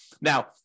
Now